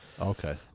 Okay